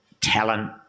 talent